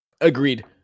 Agreed